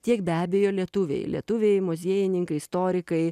tiek be abejo lietuviai lietuviai muziejininkai istorikai